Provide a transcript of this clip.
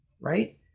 right